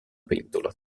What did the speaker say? pentola